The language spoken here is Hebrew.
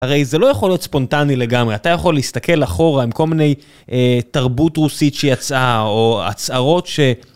הרי זה לא יכול להיות ספונטני לגמרי, אתה יכול להסתכל אחורה עם כל מיני תרבות רוסית שיצאה או הצהרות ש...